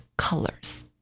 colors